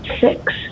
six